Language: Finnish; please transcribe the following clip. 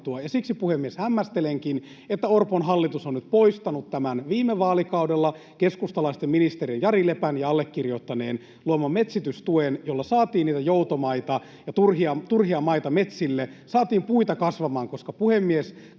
Siksi, puhemies, hämmästelenkin, että Orpon hallitus on nyt poistanut tämän viime vaalikaudella keskustalaisten, ministeri Jari Lepän ja allekirjoittaneen, luoman metsitystuen, jolla saatiin niitä joutomaita ja turhia maita metsille, saatiin puita kasvamaan, koska, puhemies, kasvava